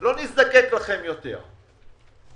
לא נזדקק לכם יותר.